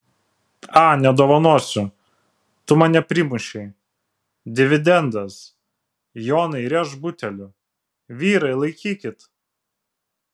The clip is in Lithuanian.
a nedovanosiu tu mane primušei dividendas jonai rėžk buteliu vyrai laikykit